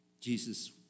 Jesus